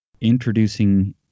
introducing